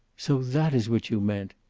so that is what you meant!